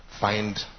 Find